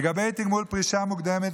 לגבי תגמול פרישה מוקדמת,